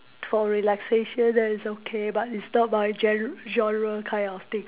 for relaxation then is okay but it's not my gen~ genre kind of thing